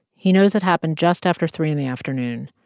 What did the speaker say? he knows it happened just after three in the afternoon,